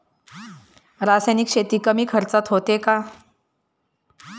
रासायनिक शेती कमी खर्चात होते का?